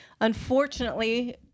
unfortunately